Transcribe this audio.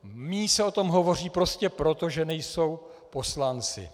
Méně se o tom hovoří prostě proto, že nejsou poslanci.